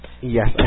Yes